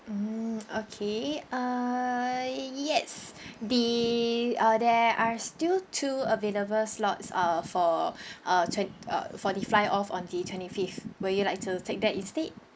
mm okay uh yes the uh there are still two available slots uh for uh twen~ uh for the fly off on the twenty fifth will you like to take that instead